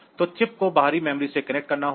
तो चिप को बाहरी मेमोरी से कनेक्ट करना होगा